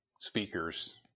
speakers